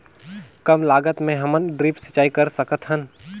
कम लागत मे हमन ड्रिप सिंचाई कर सकत हन?